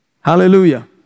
Hallelujah